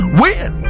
win